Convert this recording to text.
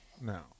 now